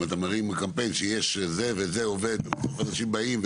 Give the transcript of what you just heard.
אם אתה מרים קמפיין שיש זה וזה עובד ואנשים באים,